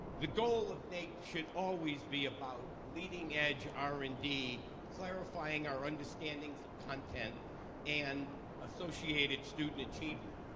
the goal of naep should always be about leading edge r and d clarifying our understandings of content and associated student achievement.